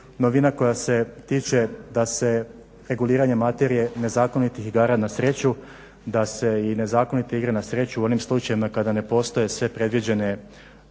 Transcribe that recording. Novina koja se tiče da se reguliranje materije nezakonitih igara na sreću da se i nezakonite igre na sreću u onim slučajevima kada ne postoje sve predviđene dozvole